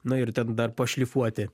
na ir ten dar pašlifuoti